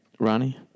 Ronnie